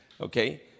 Okay